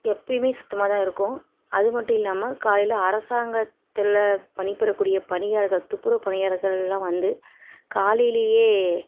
எப்போயுமே சுத்தமாகதான் இருக்கும் அது மட்டும் இல்லாமல் காலையில் அரசாங்கத்தில் பணிபுரியக்கூடிய பணியார்கள் துப்புரவு பணியார்கள்லாம் வந்து காலையிலேயே